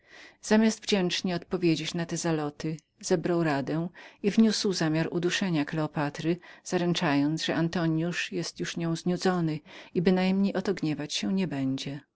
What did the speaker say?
zamiast wdzięcznej odpowiedzi na te zaloty zebrał radę i wniósł zamiar uduszenia kleopatry zaręczając że antoniusz był już nią znudzony i bynajmniej o to gniewać się nie będzie